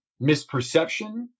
misperception